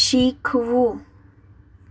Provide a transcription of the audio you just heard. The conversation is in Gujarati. શીખવું